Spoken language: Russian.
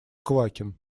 квакин